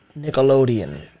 Nickelodeon